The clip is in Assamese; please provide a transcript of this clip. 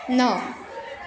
ন